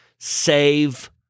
save